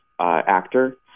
actor